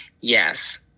yes